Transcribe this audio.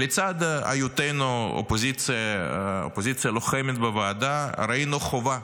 לצד היותנו אופוזיציה לוחמת בוועדה, ראינו חובה